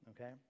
okay